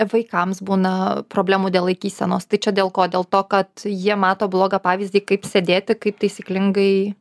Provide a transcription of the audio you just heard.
vaikams būna problemų dėl laikysenos tai čia dėl ko dėl to kad jie mato blogą pavyzdį kaip sėdėti kaip taisyklingai